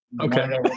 okay